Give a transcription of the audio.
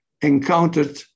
encountered